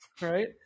Right